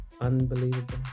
unbelievable